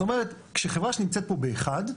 זאת אומרת, כשחברה שנמצאת פה ב-1,